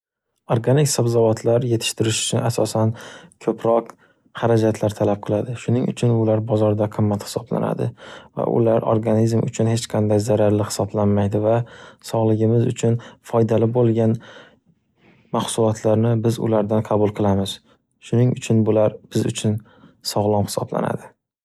Organik sabzavotlar yetishtirish uchun asosan koʻproq xarajatlar talab qiladi, shuning uchun ular bozorda qimmat hisoblanadi va ular organizm uchun hech qanday zararli hisoblanmaydi va sog'ligimiz uchun foydali boʻlgan mahsulotlarni biz ulardan qabul qilamiz, shuning uchun bular biz uchun sog'lom hisoblanadi.